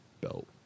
belt